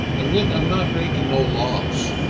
and yet i'm not breaking no laws.